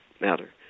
matter